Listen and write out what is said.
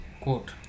quote